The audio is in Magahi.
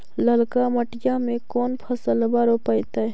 ललका मटीया मे कोन फलबा रोपयतय?